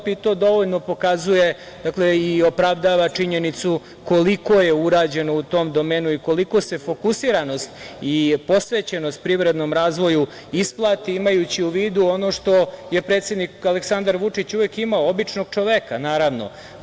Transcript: To dovoljno pokazuje i opravdava činjenicu koliko je urađeno u tom domenu i koliko se fokusiranost i posvećenost privrednom razvoju isplati imajući u vidu ono što je predsednik Aleksandar Vučić uvek imao, običnog čoveka, naravno.